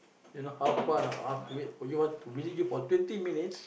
you know how far a not !huh! to wait for you one to visit you for twenty minutes